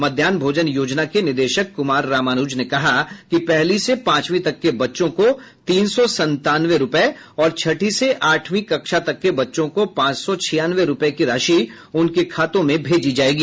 मध्याहन भोजन योजना के निदेशक कुमार रामानुज ने कहा कि पहली से पांचवीं तक के बच्चों को तीन सौ संतानवे और छठी से आठवीं कक्षा तक के बच्चों को पांच सौ छियानवे रूपये की राशि उनके खातों में भेजी जायेगी